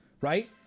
right